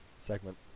segment